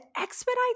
expedite